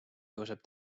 tõuseb